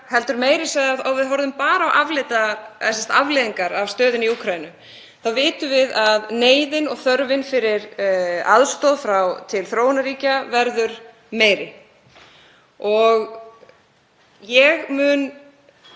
heldur meira að segja þótt við horfum bara á afleiðingar af stöðunni í Úkraínu þá vitum við að neyðin og þörfin fyrir aðstoð til þróunarríkja verður meiri. Ég mun